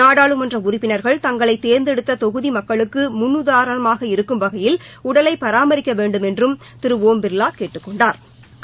நாடாளுமன்ற உறுப்பினர்கள் தங்களை தேர்ந்தெடுத்த தொகுதி மக்களுக்கு முன்னதாரணமாக இருக்கும் வகையில் உடலை பராமரிக்க வேண்டுமென்றும் திரு ஒம் பில்லா கேட்டுக் கொண்டாா்